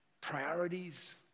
priorities